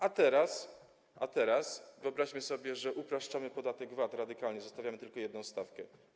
A teraz wyobraźmy sobie, że upraszczamy podatek VAT radykalnie, zostawiamy tylko jedną stawkę.